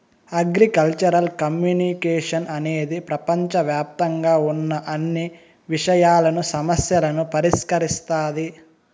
agricultural communication అనేది ప్రపంచవ్యాప్తంగా ఉన్న అన్ని విషయాలను, సమస్యలను పరిష్కరిస్తాది